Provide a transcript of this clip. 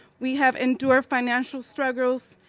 we have endured financial struggles,